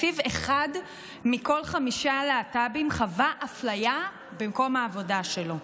שלפיו אחד מכל חמישה להט"בים חווה אפליה במקום העבודה שלו.